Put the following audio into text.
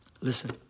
Listen